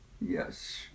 Yes